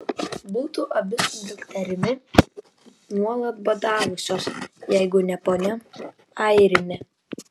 būtų abi su dukterimi nuolat badavusios jeigu ne ponia airinė